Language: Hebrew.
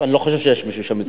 אני לא חושב שיש מישהו שחושב זאת.